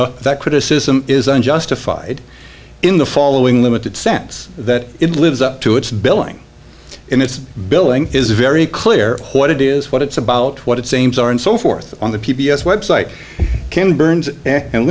of that criticism is unjustified in the following limited sense that it lives up to its billing and its billing is very clear what it is what it's about what its aims are and so forth on the p b s website ken burns and